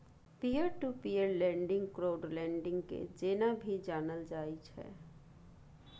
peer to peer lending crowd lending के जेना भी जानल जाइत छै